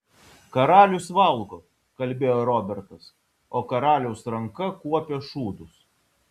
karalius valgo kalbėjo robertas o karaliaus ranka kuopia šūdus